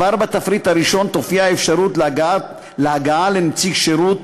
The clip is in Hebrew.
כבר בתפריט הראשון תופיע אפשרות להגעה לנציג שירות,